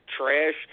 trash